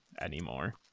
anymore